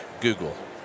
Google